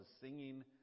singing